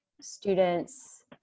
students